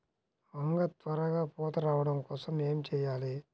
వంగ త్వరగా పూత రావడం కోసం ఏమి చెయ్యాలి?